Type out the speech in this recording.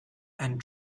and